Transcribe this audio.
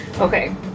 Okay